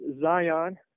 Zion